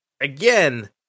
again